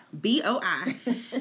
B-O-I